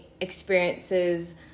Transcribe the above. experiences